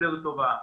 יותר טובה.